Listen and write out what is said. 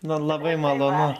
na labai malonu